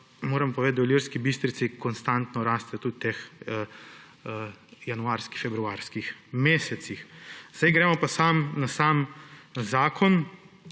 moram povedati, da v Ilirski Bistrici konstantno raste tudi v teh januarskih, februarskih mesecih. Zdaj grem pa na sam zakon.